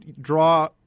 draw